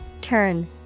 Turn